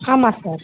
ஆமாம் சார்